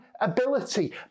ability